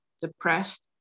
depressed